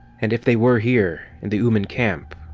and if they were here, in the ooman camp,